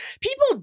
people